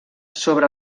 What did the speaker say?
sobre